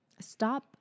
stop